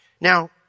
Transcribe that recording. Now